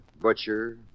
Butcher